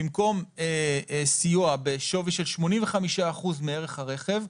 במקום סיוע בשווי של 85% מערך הרכב,